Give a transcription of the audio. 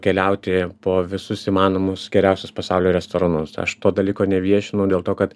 keliauti po visus įmanomus geriausius pasaulio restoranus aš to dalyko neviešinu dėl to kad